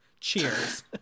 Cheers